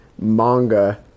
manga